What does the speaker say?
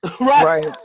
Right